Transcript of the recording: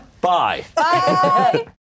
Bye